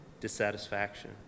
dissatisfaction